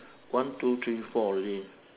one two three four already